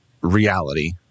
reality